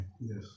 yes